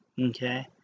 Okay